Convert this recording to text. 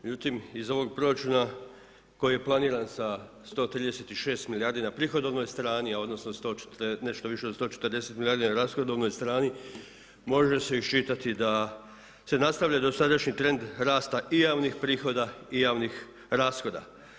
Međutim, iz ovog proračuna koji je planiran sa 136 milijardi na prihodovnoj strani, a odnosno nešto više od 140 milijardi na rashodovnoj strani, može se isčitati da se nastavlja dosadašnji trend rasta i javnih prihoda i javnih rashoda.